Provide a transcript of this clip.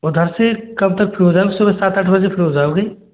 उधर से कब तक फ्री हो जाओगे सुबह सात आठ बजे फ्री हो जाओगे